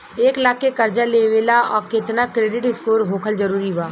एक लाख के कर्जा लेवेला केतना क्रेडिट स्कोर होखल् जरूरी बा?